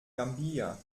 gambia